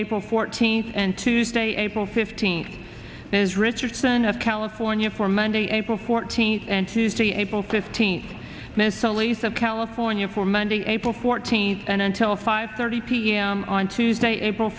april fourteenth and tuesday april fifteenth as richardson of california for monday april fourteenth and april fifteenth of california for monday april fourteenth and until five thirty p m on tuesday april